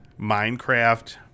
Minecraft